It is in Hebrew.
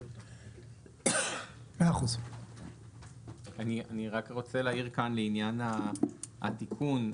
אני רוצה להעיר לעניין התיקון.